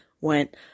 went